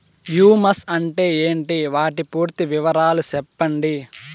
Humus అంటే ఏంటి? వాటి పూర్తి వివరాలు సెప్పండి?